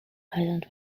island